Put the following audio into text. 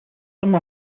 some